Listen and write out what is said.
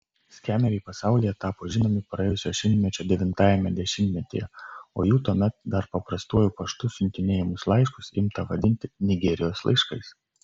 skemeriai pasaulyje tapo žinomi praėjusio šimtmečio devintajame dešimtmetyje o jų tuomet dar paprastuoju paštu siuntinėjamus laiškus imta vadinti nigerijos laiškais